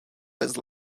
bez